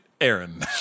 Aaron